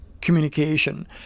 communication